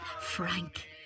Frank